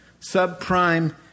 Subprime